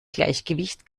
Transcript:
gleichgewicht